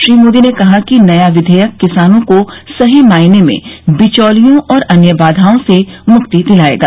श्री मोदी ने कहा कि नया विधेयक किसानों को सही मायने में बिचौलियों और अन्य बाधाओं से मुक्ति दिलाएगा